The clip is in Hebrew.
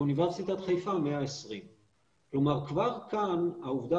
באוניברסיטת חיפה 120. כלומר כבר כאן העובדה